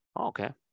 Okay